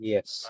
Yes